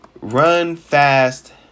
run-fast